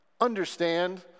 understand